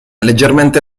leggermente